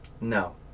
No